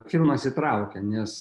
filmas įtraukia nes